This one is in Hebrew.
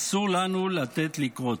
אסור לנו לתת לקרות.